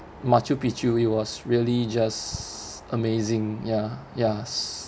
machu-picchu it was really just amazing ya ya